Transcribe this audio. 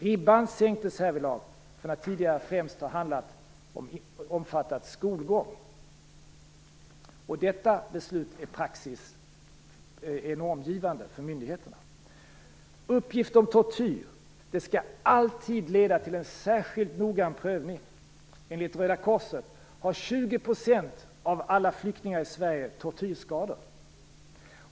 Ribban sänktes härvidlag från att tidigare främst ha omfattat skolgång. Detta beslut är normgivande för myndigheterna. Uppgifter om tortyr skall alltid leda till en särskilt noggrann prövning. Enligt Röda korset har 20 % av alla flyktingar i Sverige tortyrskador.